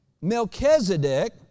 Melchizedek